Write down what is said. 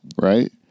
right